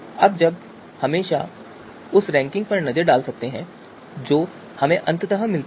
अब हम हमेशा उस रैंकिंग पर एक नज़र डाल सकते हैं जो हमें अंततः मिलती है